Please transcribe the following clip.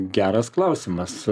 geras klausimas